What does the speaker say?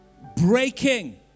Breaking